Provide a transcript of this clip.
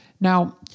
Now